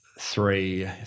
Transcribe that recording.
Three